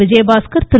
Vijayabaskar Thiru